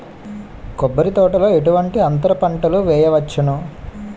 కొబ్బరి తోటలో ఎటువంటి అంతర పంటలు వేయవచ్చును?